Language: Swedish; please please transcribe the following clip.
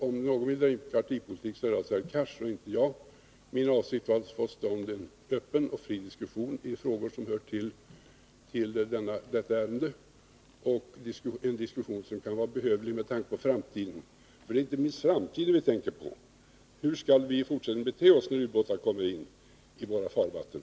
Om någon vill dra in partipolitik är det alltså herr Cars och inte jag. Min avsikt var att få till stånd en öppen och fri diskussion i frågor som hör till detta ärende — en diskussion som kan vara behövlig med tanke på framtiden. För det är inte minst framtiden vi tänker på. Hur skall vi i fortsättningen bete oss när ubåtar kommer in i våra farvatten?